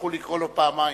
יצטרכו לקרוא לו פעמיים.